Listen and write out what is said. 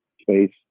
space